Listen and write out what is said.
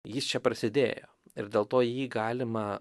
jis čia prasidėjo ir dėl to jį galima